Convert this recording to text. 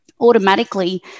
automatically